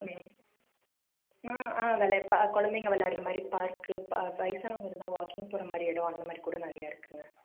ஆ சரிங்க குழந்தைங்க விளையாடுற மாதிரி பார்க்கு வயதானவங்க இருந்தால் வாக்கிங் போகிற மாதிரி இடம் அந்த மாதிரி கூட நிறையா இருக்குதுங்க